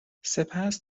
سپس